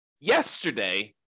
yesterday